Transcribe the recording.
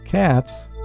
Cats